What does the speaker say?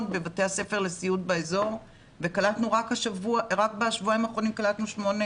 בבתי הספר בסיעוד באזור ורק בשבועיים האחרונים קלטנו שמונה